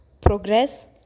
progress